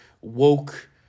woke